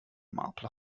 marple